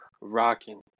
rocking